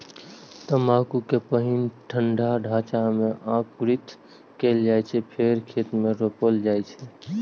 तंबाकू कें पहिने ठंढा ढांचा मे अंकुरित कैल जाइ छै, फेर खेत मे रोपल जाइ छै